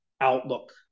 outlook